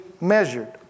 measured